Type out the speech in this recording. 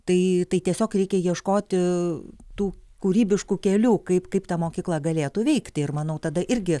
tai tai tiesiog reikia ieškoti tų kūrybiškų kelių kaip kaip ta mokykla galėtų veikti ir manau tada irgi